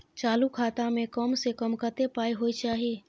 चालू खाता में कम से कम कत्ते पाई होय चाही?